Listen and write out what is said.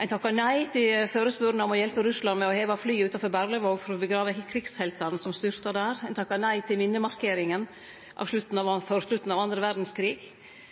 Ein takka nei til førespurnad om å hjelpe Russland med å heve flyet utanfor Berlevåg for å gravleggje krigsheltane som styrta der. Ein takka nei til minnemarkeringa for slutten av